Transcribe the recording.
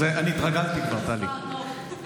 אני כבר התרגלתי, טלי.